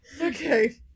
Okay